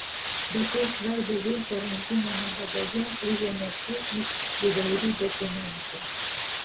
be to svarbią vietą rankiniame bagaže užėmė šūsnis įvairių dokumentų